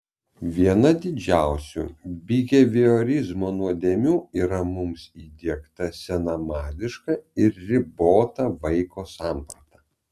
viena didžiausių biheviorizmo nuodėmių yra mums įdiegta senamadiška ir ribota vaiko samprata